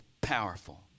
powerful